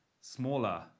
smaller